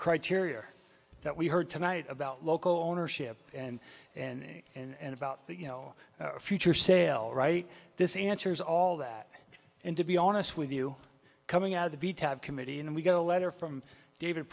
criteria that we heard tonight about local ownership and and and about you know future sale right this answers all that and to be honest with you coming out of the b to have committee and we got a letter from david